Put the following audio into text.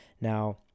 Now